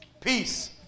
peace